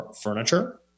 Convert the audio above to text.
furniture